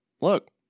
look